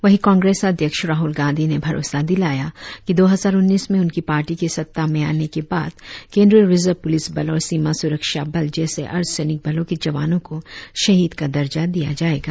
वही कांग्रेस अध्यक्ष राहुल गांधी ने भरोसा दिलाया कि दो हजार उन्नीस में उनकी पार्टी के सत्ता में आने के बाद केंद्रीय रिजर्व पुलिस बल और सीमा सुरक्षा बल जैसे अर्द्धसैनिक बलों के जवानों को शहीद का दर्जा दिया जाएगा